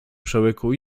przełyku